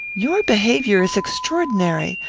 your behaviour is extraordinary.